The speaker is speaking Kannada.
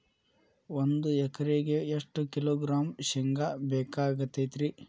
ಒಂದು ಎಕರೆಗೆ ಎಷ್ಟು ಕಿಲೋಗ್ರಾಂ ಶೇಂಗಾ ಬೇಕಾಗತೈತ್ರಿ?